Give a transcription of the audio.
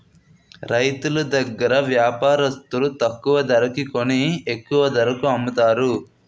రైతులు దగ్గర వ్యాపారస్తులు తక్కువ ధరకి కొని ఎక్కువ ధరకు అమ్ముతారు